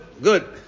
Good